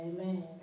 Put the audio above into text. Amen